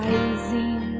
Rising